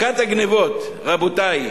מכת הגנבות, רבותי,